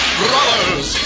brothers